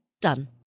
Done